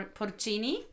Porcini